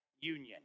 union